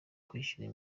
kwishyura